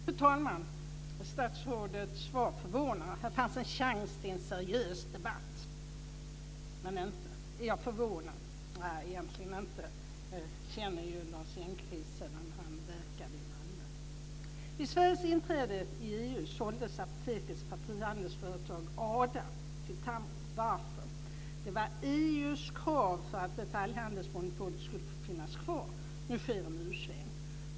Fru talman! Statsrådets svar förvånar. Här fanns en chans till en seriös debatt. Men jag är egentligen inte förvånad. Jag känner Lars Engqvist sedan han verkade i Malmö. Vid Sveriges inträde i EU såldes Apotekets partihandelsföretag ADA till Tamro. Varför? Det var EU:s krav för att detaljhandelsmonopolet skulle få finnas kvar. Nu sker en u-sväng.